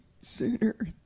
sooner